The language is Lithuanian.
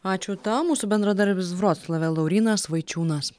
ačiū tau mūsų bendradarbis vroclave laurynas vaičiūnas